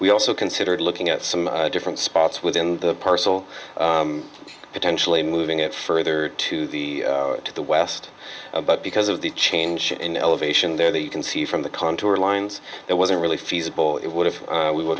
we also considered looking at some different spots within the parcel potentially moving it further to the to the west but because of the change in elevation there you can see from the contour lines it wasn't really feasible it would have we would